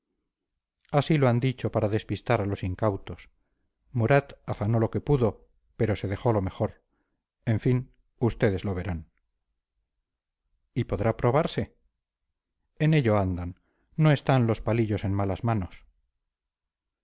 así lo han dicho para despistar a los incautos murat afanó lo que pudo pero se dejó lo mejor en fin ustedes lo verán y podrá probarse en ello andan no están los palillos en malas manos